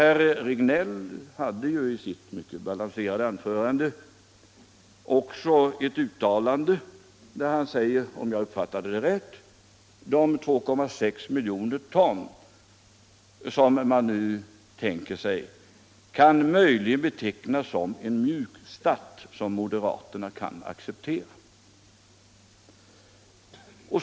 Herr Regnéll sade i sitt mycket balanserade anförande, om jag uppfattade det rätt, att de 2,6 miljoner ton som man nu tänker sig möjligen kan betecknas som en mjukstart, som moderaterna kan acceptera.